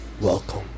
welcome